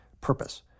Purpose